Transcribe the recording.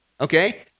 okay